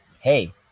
hey